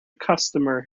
customer